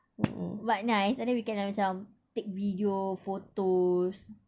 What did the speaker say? but nice and then we can like macam take video photos